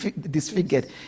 disfigured